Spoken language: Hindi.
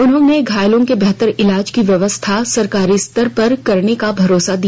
उन्होंने घायलों के बेहतर इलाज की व्यवस्था सरकारी स्तर पर करने का भरोसा दिया